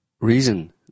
reason